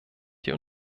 die